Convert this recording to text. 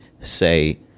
say